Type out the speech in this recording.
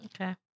Okay